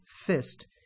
fist